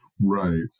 Right